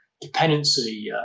dependency